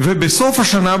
ובסוף השנה,